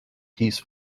peace